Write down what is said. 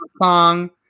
song